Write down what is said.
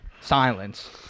Silence